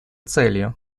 целью